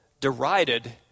derided